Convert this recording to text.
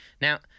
Now